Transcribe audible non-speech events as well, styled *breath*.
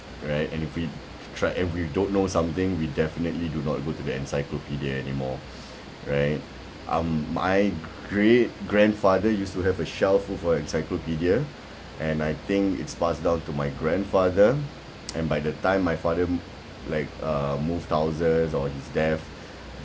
right and if we tried and we don't know something we definitely do not go to the encyclopedia anymore *breath* right um my great grandfather used to have a shelf full of encyclopedia and I think it's passed down to my grandfather *noise* and by the time my father like uh moved houses or his death